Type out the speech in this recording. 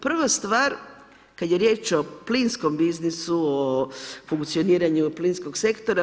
Prva tvar kad je riječ o plinskom biznisu, o funkcioniranju plinskog sektora.